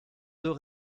deux